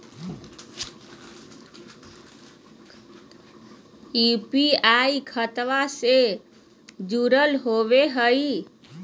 UPI खतबा से जुरल होवे हय?